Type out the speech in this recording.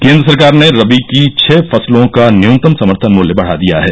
केन्द्र सरकार ने रबी की छह फसलों का न्यूनतम समर्थन मूल्य बढ़ा दिया है